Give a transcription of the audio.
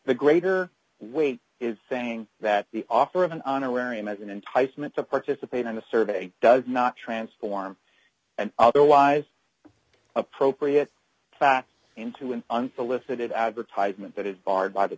the greater weight is saying that the offer of an honorarium an enticement to participate on the survey does not transform an otherwise appropriate fact into an unsolicited advertisement that it barred by the